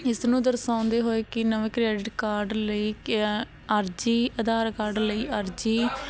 ਇਸ ਨੂੰ ਦਰਸਾਉਂਦੇ ਹੋਏ ਕਿ ਨਵੇਂ ਕ੍ਰੈਡਿਟ ਕਾਰਡ ਲਈ ਕਿਆ ਅਰਜ਼ੀ ਆਧਾਰ ਕਾਰਡ ਲਈ ਅਰਜ਼ੀ